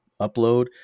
upload